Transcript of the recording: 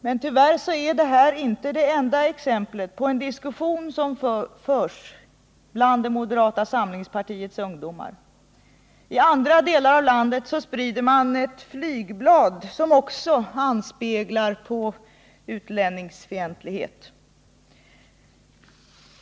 Men tyvärr är detta inte det enda exemplet på den diskussion som förs bland moderata samlingspartiets ungdomar. I andra delar av landet sprids ett flygblad som också speglar utlänningsfientlighet.